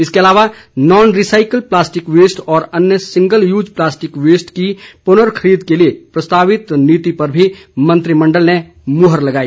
इसके अलावा non recycle plastic waste और अन्य सिंगल यूज प्लास्टिक वेस्ट की पुनः खरीद के लिए प्रस्तावित नीति पर भी मंत्रिमंडल ने मोहर लगाई